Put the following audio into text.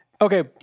Okay